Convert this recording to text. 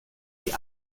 die